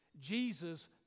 Jesus